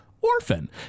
Orphan